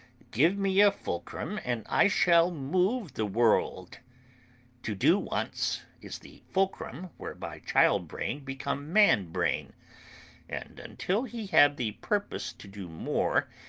give me a fulcrum, and i shall move the world to do once, is the fulcrum whereby child-brain become man-brain and until he have the purpose to do more,